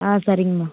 ஆ சரிங்கம்மா